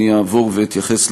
אני אעבור ואתייחס,